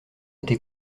été